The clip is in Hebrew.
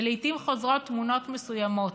ולעיתים חוזרות תמונות מסוימות,